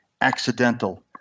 accidental